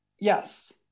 Yes